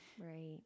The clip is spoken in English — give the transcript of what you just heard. Right